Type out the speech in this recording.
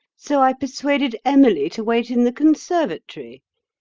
so i persuaded emily to wait in the conservatory.